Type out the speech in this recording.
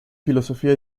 filosofía